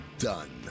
done